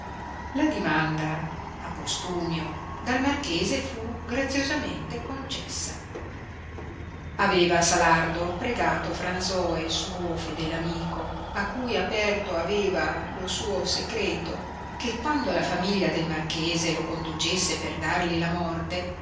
la dimanda a postumio dal marchese fu graziosamente concessa aveva salardo pregato fransoe suo fedel amico a cui aperto aveva lo suo secreto che quando la famiglia del marchese lo conducesse per darli la morte